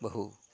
बहु